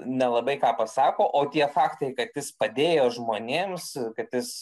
nelabai ką pasako o tie faktai kad jis padėjo žmonėms kad jis